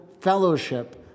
fellowship